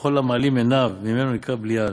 וכל המעלים עיניו ממנה נקרא בליעל,